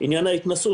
עניין ההתנסות?